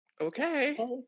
okay